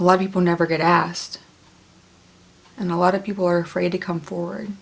a lot of people never get asked and a lot of people are afraid to come forward